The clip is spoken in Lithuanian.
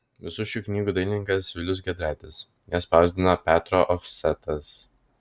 visų šių knygų dailininkas vilius giedraitis jas spausdino petro ofsetas